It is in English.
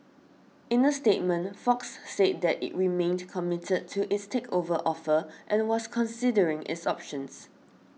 in a statement Fox said that it remained committed to its takeover offer and was considering its options